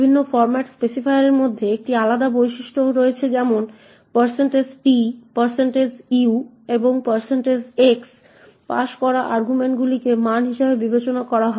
বিভিন্ন ফরম্যাট স্পেসিফায়ারের মধ্যে একটি আলাদা বৈশিষ্ট্য রয়েছে যেমন t u এবং x পাস করা আর্গুমেন্টগুলিকে মান হিসাবে বিবেচনা করা হয়